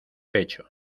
pecho